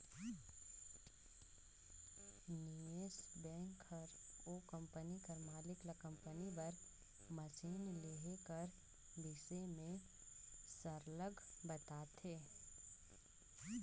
निवेस बेंक हर ओ कंपनी कर मालिक ल कंपनी बर मसीन लेहे कर बिसे में सरलग बताथे